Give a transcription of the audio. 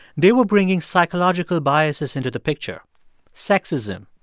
they were bringing psychological biases into the picture sexism,